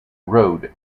road